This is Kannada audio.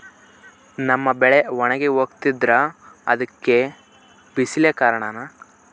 ನಮ್ಮ ಬೆಳೆ ಒಣಗಿ ಹೋಗ್ತಿದ್ರ ಅದ್ಕೆ ಬಿಸಿಲೆ ಕಾರಣನ?